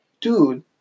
dude